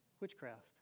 witchcraft